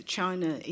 China